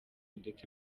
ndetse